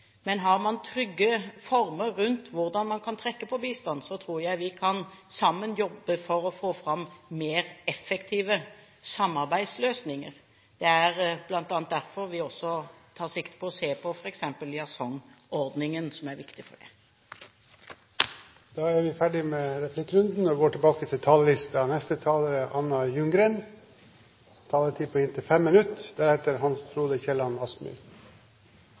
Har man trygge former rundt hvordan man kan trekke på bistand, tror jeg vi sammen kan jobbe for å få fram mer effektive samarbeidsløsninger. Det er bl.a. derfor vi også tar sikte på å se på f.eks. liaison-ordningen, som er viktig for det. Replikkordskiftet er omme. Jeg vil begynne med å takke komiteen for at vi i arbeidet i komiteen og